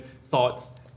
thoughts